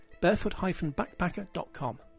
barefoot-backpacker.com